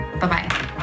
Bye-bye